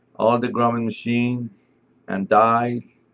all the grommet machines and dies